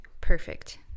perfect